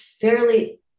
fairly